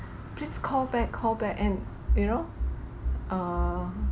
please call back call back and you know err